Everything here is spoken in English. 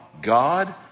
God